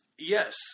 Yes